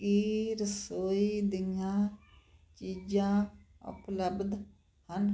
ਕੀ ਰਸੋਈ ਦੀਆਂ ਚੀਜ਼ਾਂ ਉਪਲੱਬਧ ਹਨ